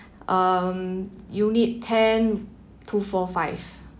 um unit ten two four five